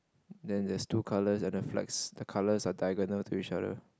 then there's two colours and the flags the colours are diagonal to each other